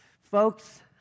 folks